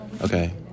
Okay